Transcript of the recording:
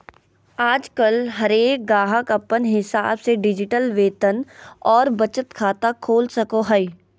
आजकल हरेक गाहक अपन हिसाब से डिजिटल वेतन और बचत खाता खोल सको हय